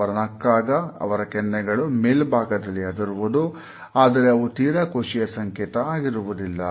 ಅವರು ನಕ್ಕಾಗ ಅವರ ಕೆನ್ನೆಗಳು ಮೇಲ್ಭಾಗದಲ್ಲಿ ಅದರುವುದು ಆದರೆ ಅವು ತೀರಾ ಖುಷಿಯ ಸಂಕೇತ ಆಗಿರುವುದಿಲ್ಲ